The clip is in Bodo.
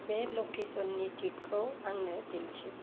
बे लकेसननि दिगखौ आंनो दिन्थि